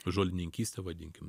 žolininkyste vadinkim